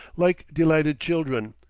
like delighted children,